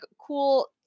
cool